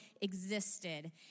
existed